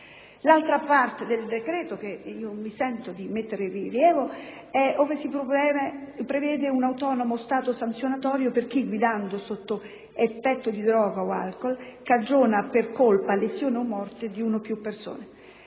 L'altra parte del decreto che mi sento di mettere in rilievo prevede un autonomo stato sanzionatorio per chi, guidando sotto effetto di droga o di alcool, cagiona per colpa lesioni o morte di una o più persone.